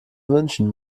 wünschen